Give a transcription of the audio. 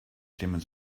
clemens